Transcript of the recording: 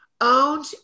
owned